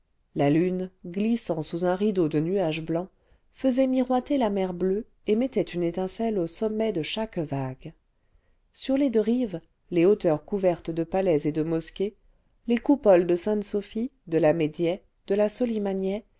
la lune glissant sous un rideau de nuages blancs faisait miroiter la mer bleue et mettait une étincelle au sommet de chaque vague sur les deux rives les hauteurs couvertes de palais et de mosquées les coupoles de sainte sophie de l'ah'rnedieh de la solimanieh